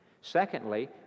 Secondly